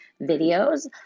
videos